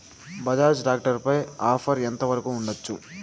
Bajaj tractor పై offer ఎంత వరకు ఉండచ్చు?